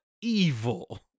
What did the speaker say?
evil